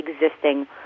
existing